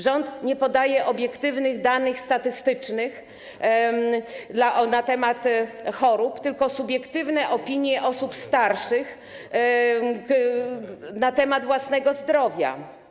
Rząd nie podaje obiektywnych danych statystycznych na temat chorób, tylko subiektywne opinie osób starszych na temat własnego zdrowia.